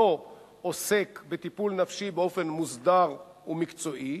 עוסק בטיפול נפשי באופן מוסדר ומקצועי,